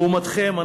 לעומתכם,